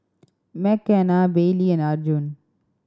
Mckenna Baylee and Arjun